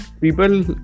people